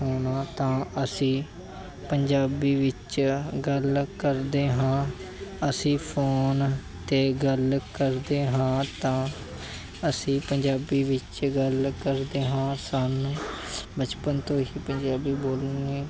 ਹੋਣਾ ਤਾਂ ਅਸੀਂ ਪੰਜਾਬੀ ਵਿੱਚ ਗੱਲ ਕਰਦੇ ਹਾਂ ਅਸੀਂ ਫੋਨ 'ਤੇ ਗੱਲ ਕਰਦੇ ਹਾਂ ਤਾਂ ਅਸੀਂ ਪੰਜਾਬੀ ਵਿੱਚ ਗੱਲ ਕਰਦੇ ਹਾਂ ਸਾਨੂੰ ਬਚਪਨ ਤੋਂ ਹੀ ਪੰਜਾਬੀ ਬੋਲਣੀ